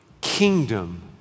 kingdom